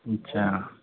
अच्छा